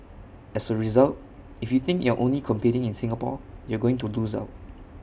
as A result if you think you're only competing in Singapore you're going to lose out